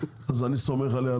אני סומך עליה,